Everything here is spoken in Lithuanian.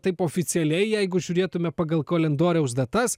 taip oficialiai jeigu žiūrėtume pagal kalendoriaus datas